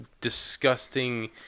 disgusting